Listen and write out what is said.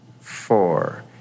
four